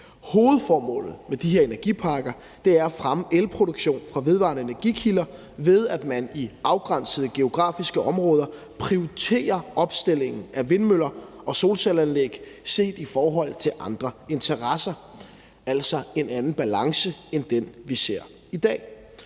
Hovedformålet med de her energiparker er at fremme elproduktionen fra vedvarende energikilder, ved at man i afgrænsede geografiske områder prioriterer opstillingen af vindmøller og solcelleanlæg set i forhold til andre interesser, altså har en anden balance end den, vi ser i dag.